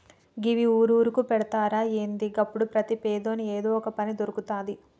గివ్వి ఊరూరుకు పెడ్తరా ఏంది? గప్పుడు ప్రతి పేదోని ఏదో పని దొర్కుతది